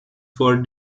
for